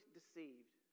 deceived